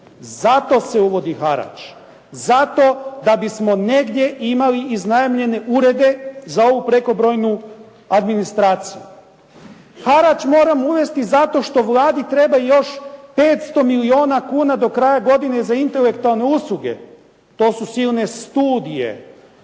Zato se uvodi harač. Zato da bismo negdje imali iznajmljene urede za ovu prekobrojnu administraciju. Harač moramo uvesti zato što Vladi treba još 500 milijona kuna do kraja godine za intelektualne usluge. To su silne studije,